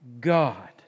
god